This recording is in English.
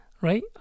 Right